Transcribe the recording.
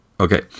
Okay